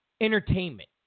entertainment